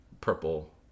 purple